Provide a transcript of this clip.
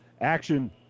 action